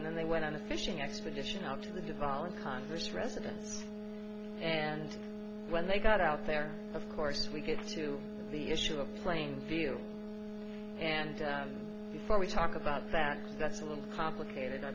and then they went on a fishing expedition out to the devolved congress residence and when they got out there of course we get to the issue of plainfield and before we talk about that that's a little complicated i